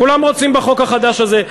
כולם רוצים בחוק החדש הזה.